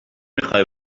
میخوای